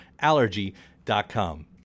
Allergy.com